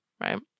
right